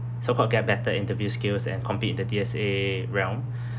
so-called get better interview skills and compete in the D_S_A realm